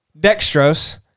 dextrose